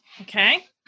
Okay